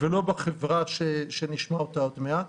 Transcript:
ולא בחברה שנשמע אותה עוד מעט,